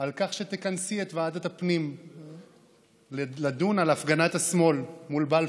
על כך שתכנסי את ועדת הפנים לדון על הפגנת השמאל מול בלפור,